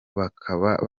bakaba